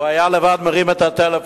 והוא לבד היה מרים את הטלפון,